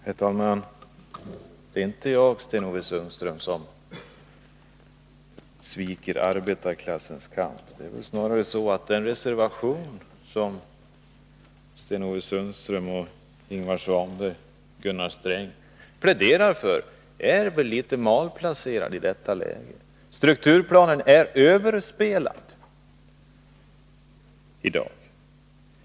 Herr talman! Det är inte jag, Sten-Ove Sundström, som sviker arbetarklassens kamp. Det är snarare så att den reservation som Sten-Ove Sundström, Ingvar Svanberg och Gunnar Sträng pläderar för är litet malplacerad i detta läge. Strukturplanen är överspelad i dag.